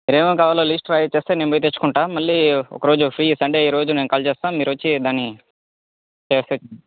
మీరేమేమేం కావాలో లీస్ట్ రాయేసిచ్చేస్తే నేను పోయి తెచ్చుకుంటా మళ్ళీ ఒకరోజు ఫ్రీ సండేరోజు నేను కాల్ చేస్తాను మీరొచ్చి దాన్ని చేసేయండి